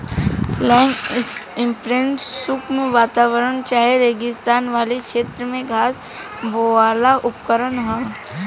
land imprinter शुष्क वातावरण चाहे रेगिस्तान वाला क्षेत्र में घास बोवेवाला उपकरण ह